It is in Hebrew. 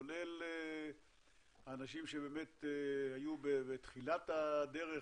כולל של האנשים שבאמת היו בתחילת הדרך,